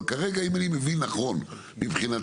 אבל כרגע אם אני מבין נכון מבחינתכם,